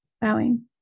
bowing